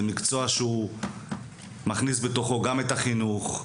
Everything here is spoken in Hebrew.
זה מקצוע שהוא מכניס בתוכו גם את החינוך,